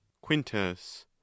Quintus